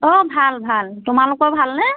অঁ ভাল ভাল তোমালোকৰ ভালনে